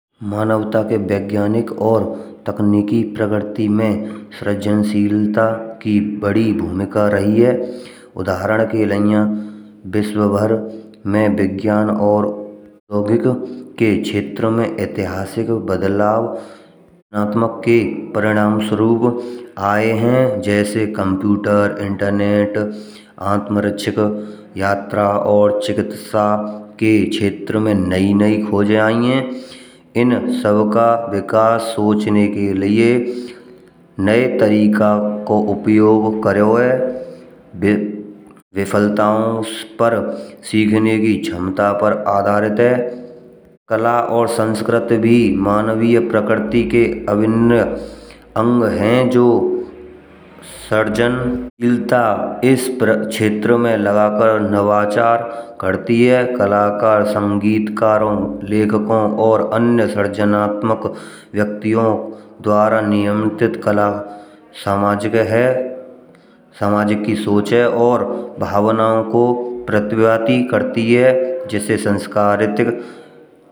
मानवता के वैज्ञानिक और तकनीकी प्रगति मा सज्जनशीलता की बड़ी भूमिका रही है। उदाहरण के लिया बिश्व भर मा विज्ञान और भौतिक के क्षेत्र मा ऐतिहासिक बदलाव भावनात्मक के परिणामस्वरूप आए हैं। जैसे कंप्यूटर, इंटरनेट, आत्मरक्षक यात्रा और चिकित्सा के क्षेत्र मा नई नई खोजे आई है। इन सबका विकास सोचने के लिए नए तरीका को उपयोग करो है। विफलताओं पर सीखने की क्षमता पर आधारित है। कला और संस्कृति भी मानवीय प्रकृति के अभिन्न अंग हैं, जो सर्जनलता इस क्षेत्र मा लगाकर नवाचार करती है। कलाकार, संगीतकारो, लेखको और अन्य सृजनात्मक व्यक्तियों द्वारा नियमित कला सामाजिक है सामाजिक की सोच है। और भावनाओ को प्रतिवादित करती ह जिससे सांस्कृतिक।